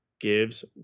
gives